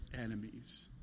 enemies